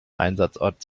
einsatzort